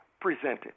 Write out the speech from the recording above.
presented